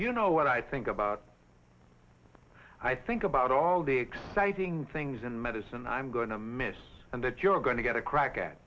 you know what i think about i think about all the exciting things in medicine i'm going to miss and that you're going to get a crack at